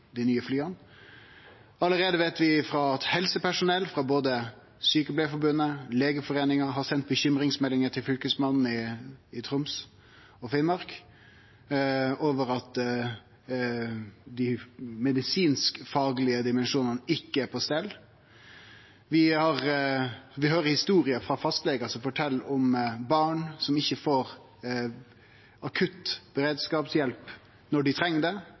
dei nye flya. Vi veit allereie at helsepersonell, både frå Sykepleierforbundet og frå Legeforeningen, har sendt bekymringsmeldingar til Fylkesmannen i Troms og Finnmark om at dei medisinsk-faglege dimensjonane ikkje er på stell. Vi høyrer historier frå fastlegar som fortel om barn som ikkje får akutt beredskapshjelp når dei treng det,